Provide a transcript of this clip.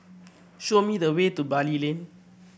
show me the way to Bali Lane